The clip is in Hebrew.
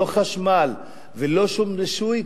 לא חשמל ולא שום רישוי,